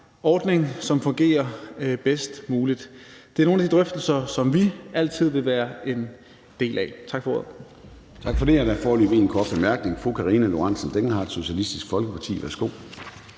ordning, som fungerer bedst muligt. Det er nogle af de drøftelser, som vi altid vil være en del af. Tak for ordet.